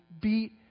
beat